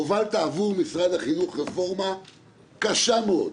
הובלת עבור משרד החינוך רפורמה קשה מאוד.